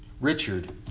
Richard